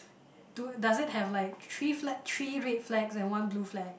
do does it have like three flags three red flags and one blue flag